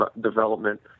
development